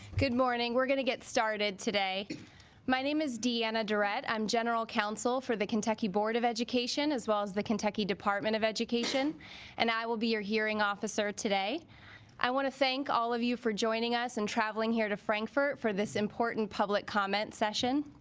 good morning we're gonna get started today my name is deanna durrett i'm general counsel for the kentucky board of education as well as the kentucky department of education and i will be your hearing officer today i want to thank all of you for joining us and traveling here to frankfort for this important public comment session